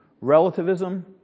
relativism